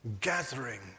gathering